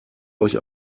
euch